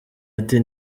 ati